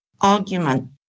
argument